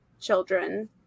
children